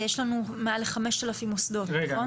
יש לנו מעל ל- 5,000 מוסדות, נכון?